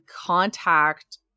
contact